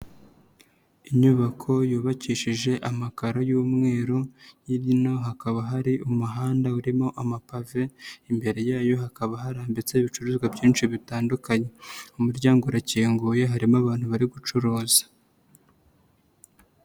Inyubako yubakishije amakaro y'umweru, hino hakaba hari umuhanda urimo amapave, imbere yayo hakaba harambitse ibicuruzwa byinshi bitandukanye. Umuryango urakinguye, harimo abantu bari gucuruza.